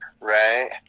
Right